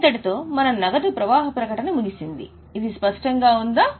ఇంతటితో మన నగదు ప్రవాహ ప్రకటన ముగిసింది ఇది స్పష్టంగా ఉందా